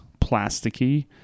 plasticky